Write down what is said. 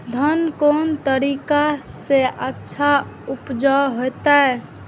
धान कोन तरीका से अच्छा उपज होते?